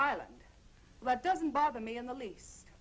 island but doesn't bother me in the least